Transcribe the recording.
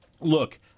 Look